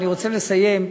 כי אני רוצה לסיים,